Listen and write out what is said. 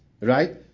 Right